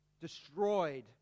destroyed